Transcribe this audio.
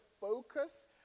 focus